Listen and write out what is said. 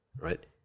Right